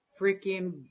freaking